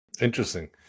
interesting